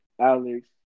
Alex